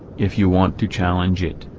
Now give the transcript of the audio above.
if you want to challenge it,